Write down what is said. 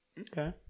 Okay